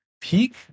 peak